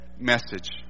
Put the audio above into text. Message